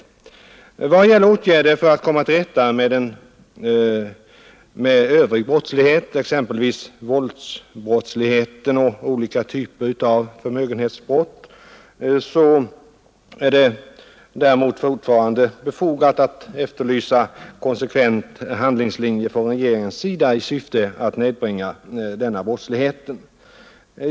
I vad gäller åtgärder för att komma till rätta med övrig brottslighet, exempelvis våldsbrott och olika typer av förmögenhetsbrott, är det däremot fortfarande befogat att efterlysa en konsekvent handlingslinje från regeringens sida i syfte att nedbringa denna brottslighet.